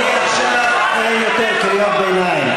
מעכשיו אין יותר קריאות ביניים.